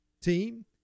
team